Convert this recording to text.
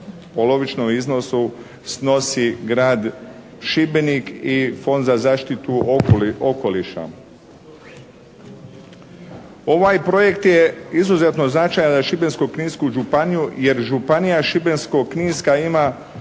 polovičnom iznosu snosi Grad Šibenik i Fond za zaštitu okoliša. Ovaj projekt je izuzetno značajan za Šibensko-kninsku županiju jer Županija šibensko-kninska ima